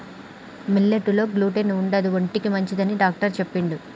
millet లో gluten ఉండదు ఒంటికి మంచిదని డాక్టర్ చెప్పిండు